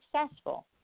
successful